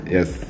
Yes